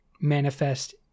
manifest